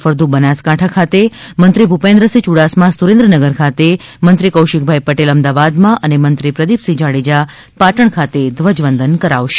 ફળદું બનાસકાંઠા ખાતે મંત્રી ભૂપેન્દ્રસિંહ યુડાસમા સુરેન્દ્રનગર ખાતે મંત્રી કૌશિકભાઇ પટેલ મદાવાદમાં મંત્રી પ્રદિપસિંહ જાડેજા પાટણ ખાતે ધ્વજવંદન કરાવશે